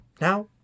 now